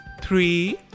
three